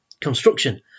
construction